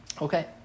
Okay